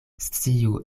sciu